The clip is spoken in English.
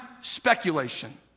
speculation